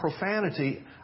profanity